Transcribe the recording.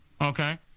Okay